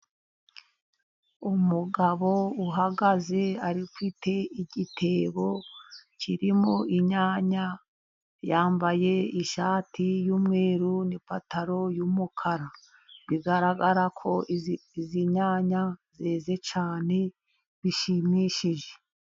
Umugabo uhagaze afite igitebo kirimo inyanya, yambaye ishati y'umweru, n'ipantaro y'umukara, bigaragara ko izi nyanya zeze cyane bishimishije.